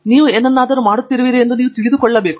ನೀವು ಏನನ್ನಾದರೂ ಮಾಡುತ್ತಿರುವಿರಿ ಎಂದು ನೀವು ತಿಳಿದುಕೊಳ್ಳಬೇಕು